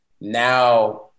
now